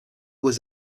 was